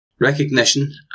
Recognition